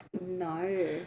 No